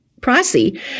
pricey